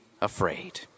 afraid